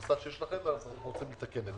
בגרסה שיש לכם, אנחנו רוצים לתקן את זה.